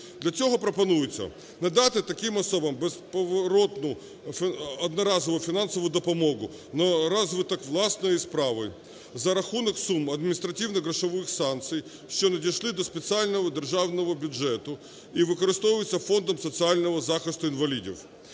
Для цього пропонується надати таким особам безповоротну одноразову фінансову допомогу на розвиток власної справи за рахунок суми адміністративних грошових санкцій, що надійшли до спеціального Державного бюджету і використовуються фондом соціального захисту інвалідів.